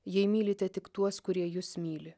jei mylite tik tuos kurie jus myli